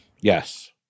Yes